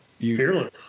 Fearless